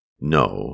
No